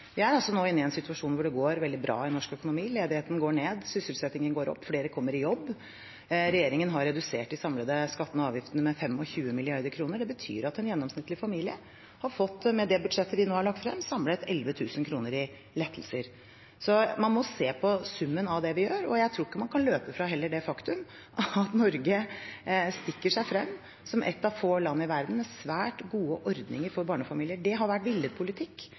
Vi er altså nå i en situasjon hvor det går veldig bra i norsk økonomi. Ledigheten går ned, sysselsettingen går opp, flere kommer i jobb. Regjeringen har redusert de samlede skattene og avgiftene med 25 mrd. kr. Det betyr at en gjennomsnittlig familie med det budsjettet vi nå har lagt frem, samlet har fått 11 000 kr i lettelser. Man må altså se på summen av det vi gjør. Jeg tror heller ikke man kan løpe fra det faktum at Norge stikker seg frem som et av få land i verden med svært gode ordninger for barnefamilier. Det har vært villet politikk